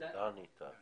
דני טל